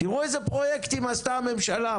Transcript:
תראו איזה פרויקטים עשתה הממשלה.